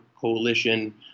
coalition